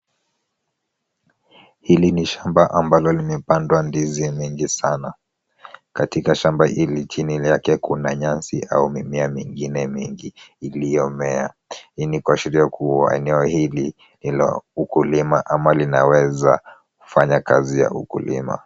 Hili ni shamba ambalo limepandwa ndizi mingi sana. Katika shamba hili chini yake kuna nyasi au mimea mingine mingi, iliyomea. Hii ni kuashiria kuwa eneo hili ina ukulima ama linaweza kufanya kazi ya ukulima.